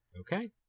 Okay